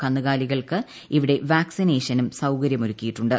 കന്നുകാലികൾക്ക് ഇവിടെ വാക്സിനേഷനും സൌകര്യമൊരുക്കിയിട്ടുണ്ട്